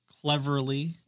cleverly